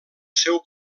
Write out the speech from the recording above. seu